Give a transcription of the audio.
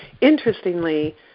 interestingly